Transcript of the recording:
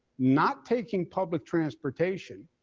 not taking public transportation,